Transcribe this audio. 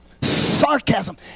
sarcasm